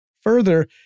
Further